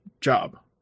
job